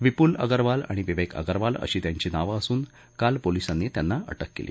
विप्ल अगरवाल आणि विवेक अगरवाल अशी त्यांची नावं असून काल पोलिसांनी त्यांना अटक केली